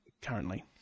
currently